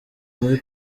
muri